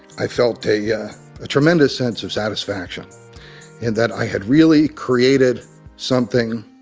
i felt a yeah tremendous sense of satisfaction in that i had really created something